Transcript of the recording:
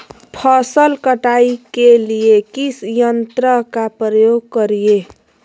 फसल कटाई के लिए किस यंत्र का प्रयोग करिये?